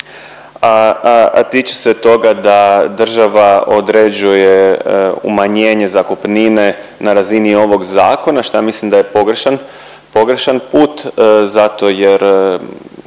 a tiče se toga da država određuje umanjenje zakupnine na razini ovog zakona, šta ja mislim da je pogrešan, pogrešan